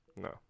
No